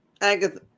Agatha